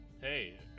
Hey